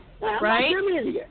Right